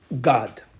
God